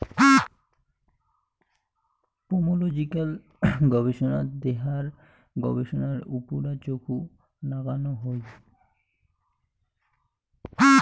pomological গবেষনাত দেহার গবেষণার উপুরা চখু নাগানো হই